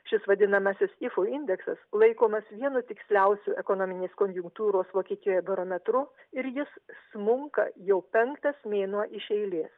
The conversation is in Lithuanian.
šis vadinamasis ifu indeksas laikomas vienu tiksliausiu ekonominės konjunktūros vokietijoje barometru ir jis smunka jau penktas mėnuo iš eilės